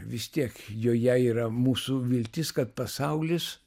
vis tiek joje yra mūsų viltis kad pasaulis